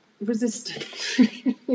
resistant